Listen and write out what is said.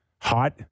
hot